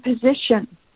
position